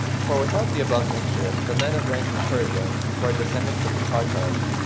for without the above mixture, the men of rank in persia, who are descendants of the tartars,